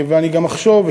ואני גם אחשוב,